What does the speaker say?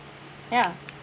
ya